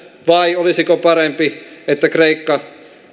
vai olisiko parempi että kreikka